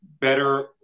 better